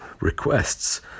requests